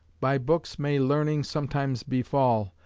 by books may learning sometimes befall,